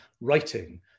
writing